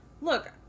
look